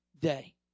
day